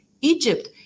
Egypt